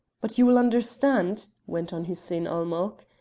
but you will understand, went on hussein-ul-mulk,